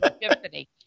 Tiffany